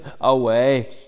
away